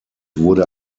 wurde